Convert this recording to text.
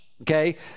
okay